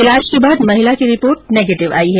इलाज के बाद महिला की रिपोर्ट नेगेटिव आई है